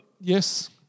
Yes